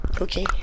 Okay